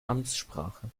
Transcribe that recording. amtssprache